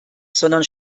sondern